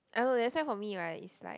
I know that's why for me like is like